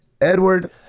Edward